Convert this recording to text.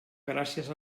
gràcies